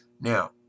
Now